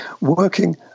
working